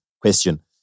question